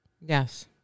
Yes